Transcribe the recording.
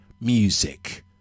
music